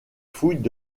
fouilles